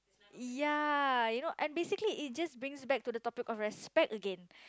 ya you know and basically it just brings back to the topic of respect again